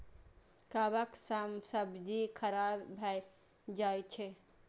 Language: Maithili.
कवक सं सब्जी खराब भए जाइ छै